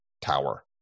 tower